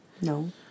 No